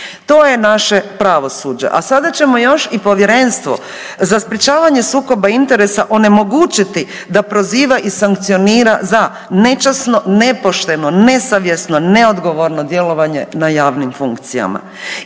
To je naše pravosuđe, a sada ćemo još i Povjerenstvo za sprječavanje sukoba interesa onemogućiti da proziva i sankcionira za nečasno, nepošteno, nesavjesno, neodgovorno djelovanje na javnim funkcijama